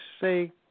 say